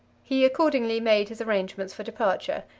he accordingly made his arrangements for departure,